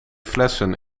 flessen